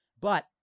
But-